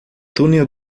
túnel